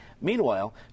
Meanwhile